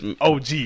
OG